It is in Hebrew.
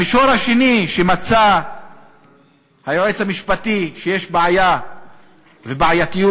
המישור השני שמצא היועץ המשפטי שיש בעיה ובעייתיות